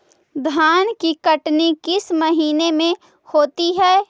धान की कटनी किस महीने में होती है?